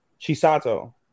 Chisato